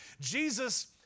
Jesus